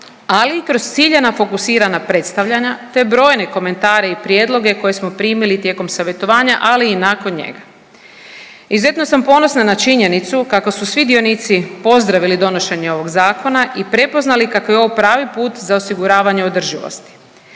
ali i kroz ciljana fokusirana predstavljanja te brojne komentare i prijedloge koje smo primili tijekom savjetovanja, ali i nakon njega. Izuzetno sam ponosna na činjenicu kako su svi dionici pozdravili donošenje ovog zakona i prepoznali kako je ovo pravi put za osiguravanje održivosti.